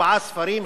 ארבעה ספרים,